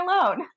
alone